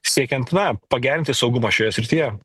siekiant na pagerinti saugumą šioje srityje